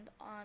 on